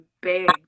big